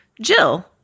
Jill